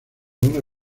una